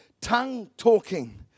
Tongue-talking